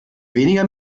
weniger